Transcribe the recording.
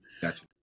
Gotcha